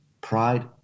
pride